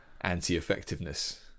anti-effectiveness